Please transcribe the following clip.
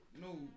no